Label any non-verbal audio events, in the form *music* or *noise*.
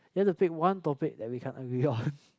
you have to pick one topic that we can agree on *laughs*